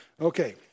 Okay